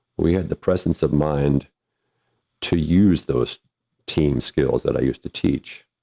we had the presence of mind to use those team skills that i used to teach,